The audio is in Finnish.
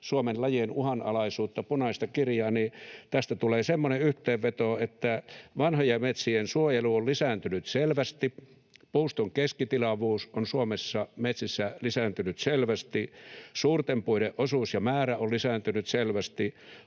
Suomen lajien uhanalaisuutta, punaista kirjaa, niin tästä tulee semmoinen yhteenveto, että vanhojen metsien suojelu on lisääntynyt selvästi, puuston keskitilavuus on Suomessa metsissä lisääntynyt selvästi, suurten puiden osuus ja määrä on lisääntynyt selvästi,